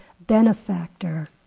benefactor